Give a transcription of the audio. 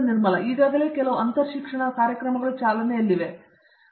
ನಿರ್ಮಲ ಈಗಾಗಲೇ ಕೆಲವು ಅಂತರಶಿಕ್ಷಣ ಕಾರ್ಯಕ್ರಮಗಳು ಚಾಲನೆಯಲ್ಲಿವೆ ಎಂದು ನಾನು ಭಾವಿಸುತ್ತೇನೆ